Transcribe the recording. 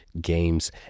games